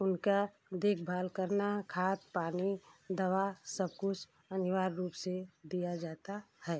उनका देख भाल करना खाद पानी दवा सब कुछ अनिवार्य रूप से दिया जाता है